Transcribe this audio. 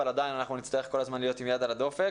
אבל עדיין אנחנו נצטרך להיות כל הזמן עם יד על הדופק.